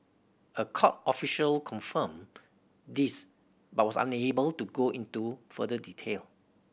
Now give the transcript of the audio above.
a court official confirmed this but was unable to go into further detail